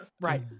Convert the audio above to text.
Right